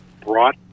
brought